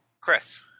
Chris